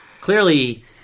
Clearly